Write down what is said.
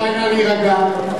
רבותי, נא להירגע.